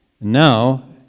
Now